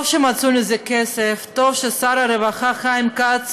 טוב שמצאו לזה כסף, טוב ששר הרווחה חיים כץ